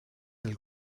del